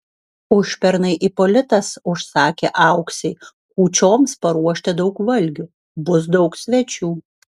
užpernai ipolitas užsakė auksei kūčioms paruošti daug valgių bus daug svečių